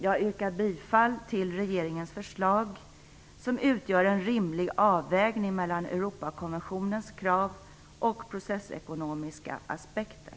Jag yrkar bifall till regeringens förslag, som utgör en rimlig avvägning mellan Europakonventionens krav och processekonomiska aspekter.